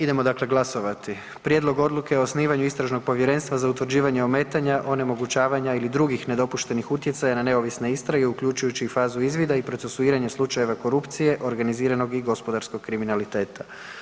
Idemo dakle glasovati Prijedlog odluke o osnivanju istražnog povjerenstva za utvrđivanje ometanja, onemogućavanja ili drugih nedopuštenih utjecaja na neovisne istrage (uključujući i fazu izvida) i procesuiranja slučajeva korupcije, organiziranog i gospodarskog kriminaliteta.